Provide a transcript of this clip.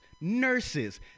nurses